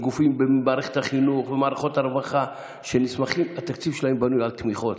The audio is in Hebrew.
וגופים במערכת החינוך ובמערכות הרווחה שהתקציב שלהם בנוי על תמיכות.